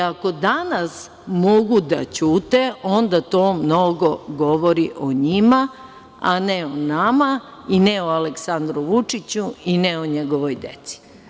Ako danas mogu da ćute, onda to mnogo govori o njima, a ne o nama i ne o Aleksandru Vučiću i ne o njegovoj deci.